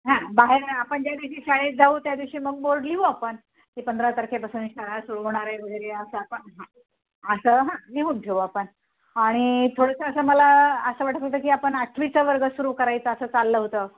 हां बाहेर आपण ज्या दिवशी शाळेत जाऊ त्या दिवशी मग बोर्ड लिहू आपण की पंधरा तारखेपासून शाळा सुरू होणार आहे वगैरे असं आपण हां असं हां लिहून ठेवू आपण आणि थोडंसं असं मला असं वाटत होतं की आपण आठवीचा वर्ग सुरू करायचा असं चाललं होतं